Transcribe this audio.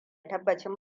tabbacin